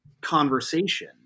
conversation